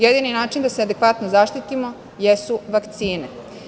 Jedini način da se adekvatno zaštitimo jesu vakcine.